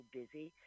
busy